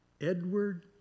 Edward